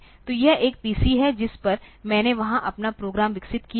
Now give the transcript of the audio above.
तो यह एक PC है जिस पर मैंने वहां अपना प्रोग्राम विकसित किया है